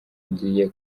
ngiye